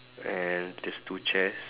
and there's two chairs